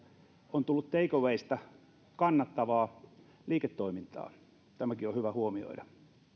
on tullut take awaysta kannattavaa liiketoimintaa tämäkin on hyvä huomioida